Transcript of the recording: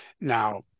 Now